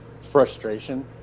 frustration